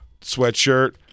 sweatshirt